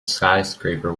skyscraper